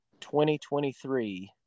2023